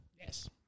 Yes